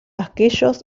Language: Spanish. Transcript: aquellos